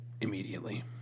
immediately